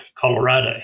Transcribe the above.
Colorado